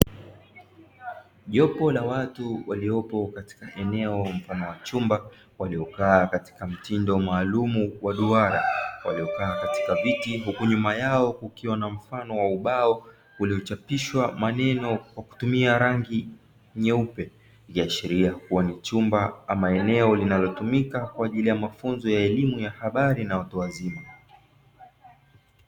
Jopo la watu waliopo katika eneo mfano wa chumba waliokaa katika mtindo maalumu wa duara waliokaa katika viti huku nyuma yao kukiwa na mfano wa ubao uliochapishwa maneno kwa kutumia rangi nyeupe ikiashiria kuwa ni chumba ama eneo linalotumika kwa ajili ya mafunzo ya elimu ya habari na watu wazima.